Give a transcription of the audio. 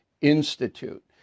Institute